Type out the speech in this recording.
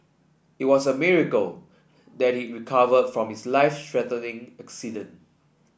it was a miracle that he recovered from his life accident